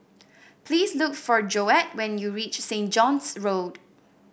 please look for Joette when you reach Saint John's Road